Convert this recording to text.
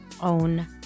own